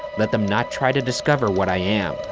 let them not try to discover what i am,